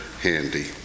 handy